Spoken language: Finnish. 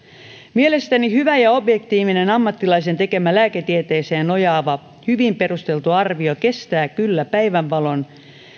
mielestäni hyvä ja objektiivinen ammattilaisen tekemä lääketieteeseen nojaava hyvin perusteltu arvio kestää kyllä päivänvalon